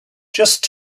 just